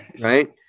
right